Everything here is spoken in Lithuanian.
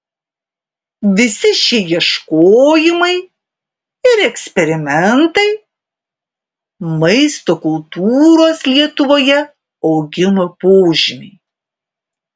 visi šie ieškojimai ir eksperimentai maisto kultūros lietuvoje augimo požymiai